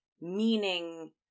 meaning